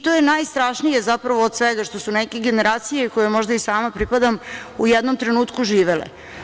To je najstrašnije zapravo od svega što su neke generacije, kojima možda i sama pripadam, u jednom trenutku živele.